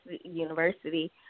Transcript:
university